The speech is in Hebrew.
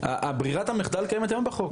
ברירת המחדל קיימת היום בחוק.